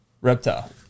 Reptile